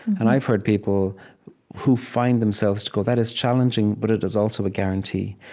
and i've heard people who find themselves to go, that is challenging, but it is also a guarantee.